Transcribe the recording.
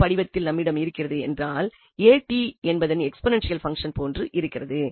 என்ன படிவத்தில் நம்மிடம் இருக்கிறது என்றால் at என்பதன் எக்ஸ்போநென்ஷியல் பங்சன் போன்று இருக்கிறது